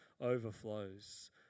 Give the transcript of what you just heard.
overflows